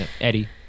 Eddie